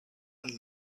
and